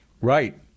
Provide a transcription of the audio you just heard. Right